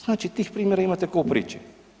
Znači tih primjera imate kao u priči.